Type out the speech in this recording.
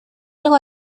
algo